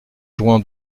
jouan